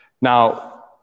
Now